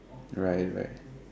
right right